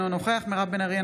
אינו נוכח מירב בן ארי,